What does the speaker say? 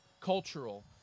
cultural